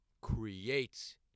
creates